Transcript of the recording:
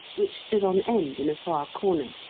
which stood on end in a far corner,